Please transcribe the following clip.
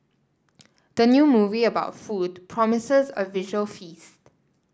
the new movie about food promises a visual feast